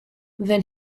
then